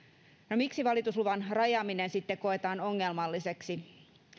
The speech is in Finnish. no miksi valitusluvan rajaaminen sitten koetaan ongelmalliseksi